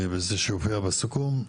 וזה שיופיע בסיכום,